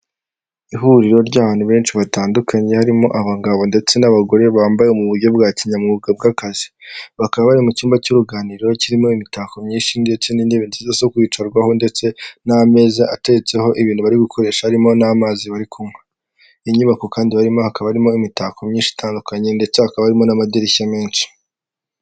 Ihuriro ry'abantu benshi batandukanye harimo abagabo ndetse n'abagore bambaye mu buryo bwa kinyamwuga bw'akazi bakaba bari mu cyumba cy'uruganiriro kirimo imitako myinshi ndetse n'intebe nziza zo kwicarwaho ndetse n'ameza ateretseho ibintu bari gukoresha harimo n'amazi bari kunywa. Inyubako kandi barimo hakaba harimo imitako myinshi itandukanye ndetse hakaba harimo n'amadirishya menshi.